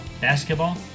basketball